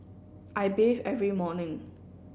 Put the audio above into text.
I bathe every morning